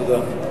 תודה.